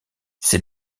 ces